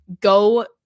go